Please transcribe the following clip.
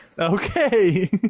Okay